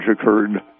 occurred